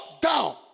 down